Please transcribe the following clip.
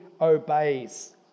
obeys